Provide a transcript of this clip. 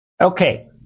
Okay